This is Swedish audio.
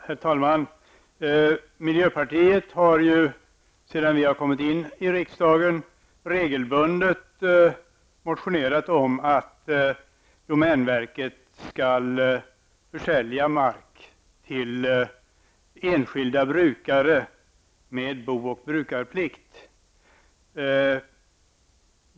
Herr talman! Miljöpartiet har sedan vi kom in i riksdagen regelbundet motionerat om att domänverket skall försälja mark till enskilda brukare med bo och brukarplikt.